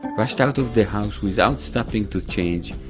rushed out of the house without stopping to change,